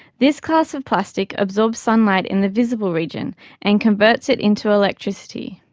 this class of plastic absorbs sunlight in the visible region and converts it into electricity.